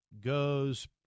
goes